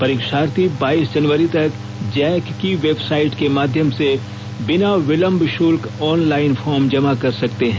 परीक्षार्थी बाइस जनवरी तक जैक की वेबसाइट के माध्यम से बिना विलंब शुल्क ऑनलाइन फॉर्म जमा कर सकते है